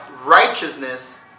Righteousness